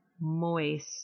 moist